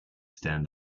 stand